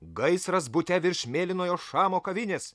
gaisras bute virš mėlynojo šamo kavinės